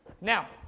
Now